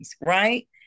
right